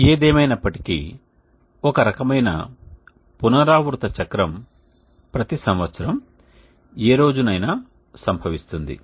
ఏదేమైనప్పటికీ ఒక రకమైన పునరావృత చక్రం ప్రతి సంవత్సరం ఏ రోజునైనా సంభవిస్తుంది